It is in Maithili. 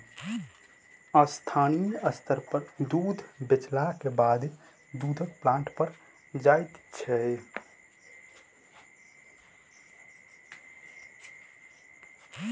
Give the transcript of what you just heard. स्थानीय स्तर पर दूध बेचलाक बादे दूधक प्लांट पर जाइत छै